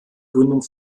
gründung